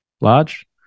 large